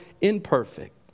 imperfect